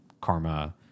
karma